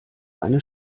eine